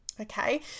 Okay